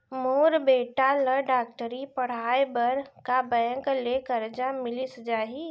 मोर बेटा ल डॉक्टरी पढ़ाये बर का बैंक ले करजा मिलिस जाही?